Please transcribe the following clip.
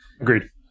Agreed